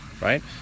right